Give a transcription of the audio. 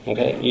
Okay